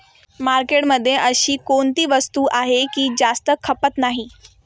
मार्केटमध्ये अशी कोणती वस्तू आहे की जास्त खपत नाही?